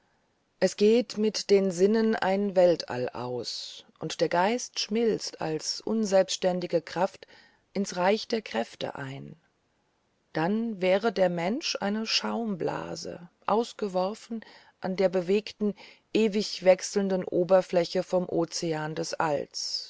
es geht mit den sinnen ein weltall aus und der geist schmilzt als unselbständige kraft ins reich der kräfte ein dann wäre der mensch eine schaumblase ausgeworfen an der bewegten ewig wechselnden oberfläche vom ozean des alls